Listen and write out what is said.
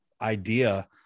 idea